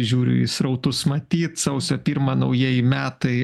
žiūriu į srautus matyt sausio pirmą naujieji metai